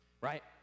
right